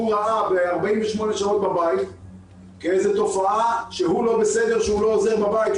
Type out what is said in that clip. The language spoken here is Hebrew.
ראה ב-48 שעות בבית כתופעה שהוא לא בסדר שהוא לא עוזר בבית,